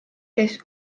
kes